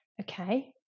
Okay